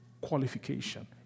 qualification